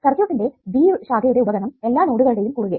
സർക്യൂട്ടിന്റെ B ശാഖയുടെ ഉപഗണം എല്ലാ നോഡുകളുടെയും കുറുകെ